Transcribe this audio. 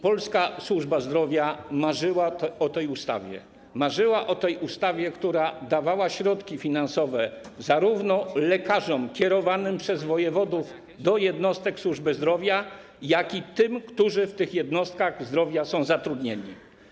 Polska służba zdrowia marzyła o tej ustawie, która dawała środki finansowe zarówno lekarzom kierowanym przez wojewodów do jednostek służby zdrowia, jak i tym, którzy w tych jednostkach zdrowia są zatrudnieni.